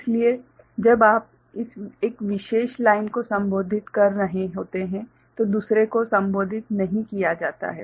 इसलिए जब आप इस एक विशेष लाइन को संबोधित कर रहे होते हैं तो दूसरे को संबोधित नहीं किया जाता है